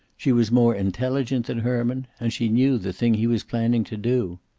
she was more intelligent than herman, and she knew the thing he was planning to do.